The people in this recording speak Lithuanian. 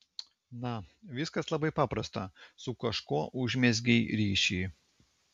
na viskas labai paprasta su kažkuo užmezgei ryšį